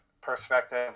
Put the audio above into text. perspective